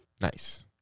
Nice